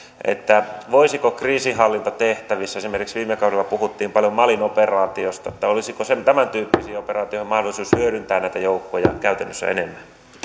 voisiko kriisinhallintatehtävissä hyödyntää esimerkiksi kun viime kaudella puhuttiin paljon malin operaatiosta niin olisiko tämäntyyppisiin operaatioihin mahdollisuus hyödyntää näitä joukkoja käytännössä enemmän